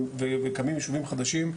וקמים יישובים חדשים,